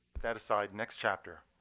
that aside next chapter.